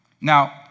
Now